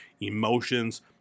emotions